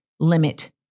limit